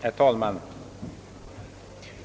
Herr talman!